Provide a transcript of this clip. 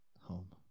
Home